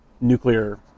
nuclear